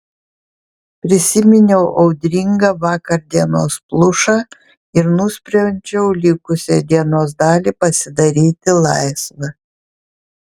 prisiminiau audringą vakardienos plušą ir nusprendžiau likusią dienos dalį pasidaryti laisvą